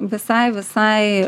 visai visai